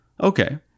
Okay